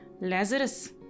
Lazarus